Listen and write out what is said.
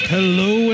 Hello